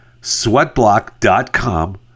sweatblock.com